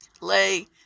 lay